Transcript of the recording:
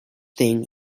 thing